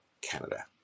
Canada